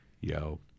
yo